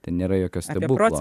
ten nėra jokio stebuklo